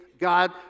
God